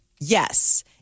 yes